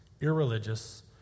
irreligious